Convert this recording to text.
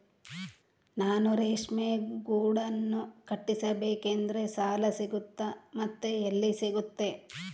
ನಾನು ರೇಷ್ಮೆ ಗೂಡನ್ನು ಕಟ್ಟಿಸ್ಬೇಕಂದ್ರೆ ಸಾಲ ಸಿಗುತ್ತಾ ಮತ್ತೆ ಎಲ್ಲಿ ಸಿಗುತ್ತೆ?